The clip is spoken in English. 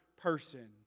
person